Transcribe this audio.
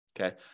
Okay